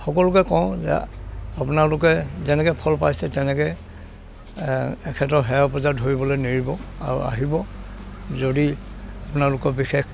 সকলোকে কওঁ যে আপোনালোকে যেনেকৈ ফল পাইছে তেনেকৈ এখেতৰ সেৱা পূজা ধৰিবলৈ নেৰিব আৰু আহিব যদি আপোনালোকৰ বিশেষ